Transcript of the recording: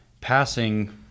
passing